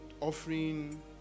offering